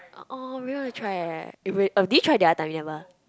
orh I really want to try eh real oh did you try the other time you never